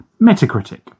Metacritic